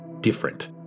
different